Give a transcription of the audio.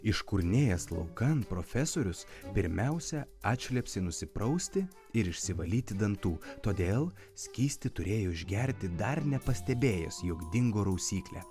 iškurnėjęs laukan profesorius pirmiausia atšlepsi nusiprausti ir išsivalyti dantų todėl skystį turėjo išgerti dar nepastebėjęs jog dingo rausyklė